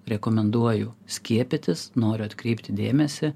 rekomenduoju skiepytis noriu atkreipti dėmesį